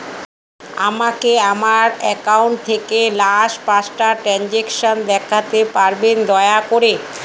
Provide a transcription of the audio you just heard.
আমাকে আমার অ্যাকাউন্ট থেকে লাস্ট পাঁচটা ট্রানজেকশন দেখাতে পারবেন দয়া করে